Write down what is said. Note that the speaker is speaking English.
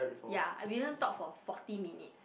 ya we didn't talk for forty minutes